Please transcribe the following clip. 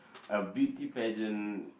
a beauty pageant